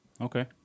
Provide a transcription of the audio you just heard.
Okay